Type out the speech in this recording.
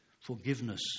forgiveness